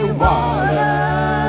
water